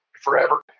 forever